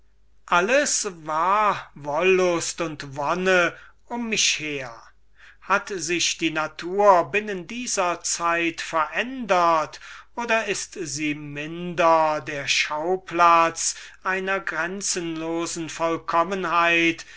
alles war wollust und wonne um mich her hat sich die natur binnen dieser zeit verändert oder ist sie minder der schauplatz einer grenzenlosen